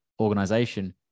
organization